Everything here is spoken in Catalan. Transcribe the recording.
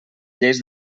lleis